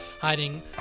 hiding